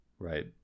Right